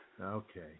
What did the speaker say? Okay